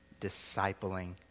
discipling